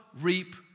reap